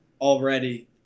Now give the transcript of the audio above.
already